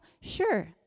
Sure